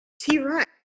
T-Rex